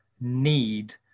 need